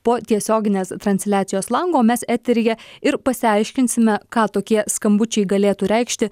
po tiesioginės transliacijos langu o mes eteryje ir pasiaiškinsime ką tokie skambučiai galėtų reikšti